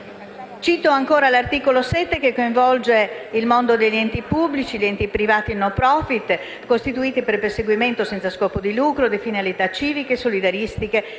Cito l'articolo 7, che coinvolge il mondo degli enti pubblici, nonché gli enti privati *non profit* costituiti per il perseguimento, senza scopo di lucro, di finalità civiche e solidaristiche,